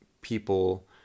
people